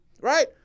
Right